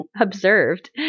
observed